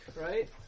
right